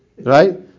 Right